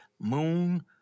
Moon